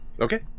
Okay